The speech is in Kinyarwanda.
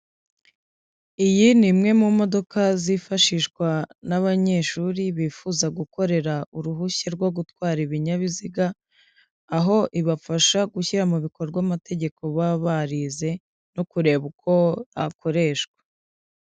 Iyi ni imwe mu modoka zifashishwa n'abanyeshuri bifuza gukorera uruhushya rwo gutwara ibinyabiziga, aho ibafasha gushyira mu bikorwa amategeko baba barize no kureba uko akoreshwa.